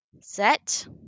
set